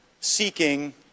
seeking